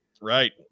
Right